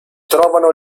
trovano